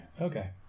Okay